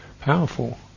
powerful